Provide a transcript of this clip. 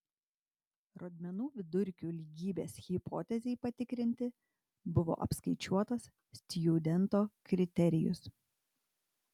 rodmenų vidurkių lygybės hipotezei patikrinti buvo apskaičiuotas stjudento kriterijus